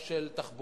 או של תחבורה,